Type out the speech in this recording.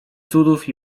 cudów